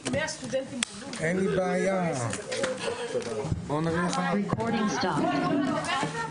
13:47.